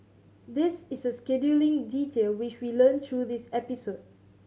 this is a scheduling detail which we learnt through this episode